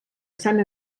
sant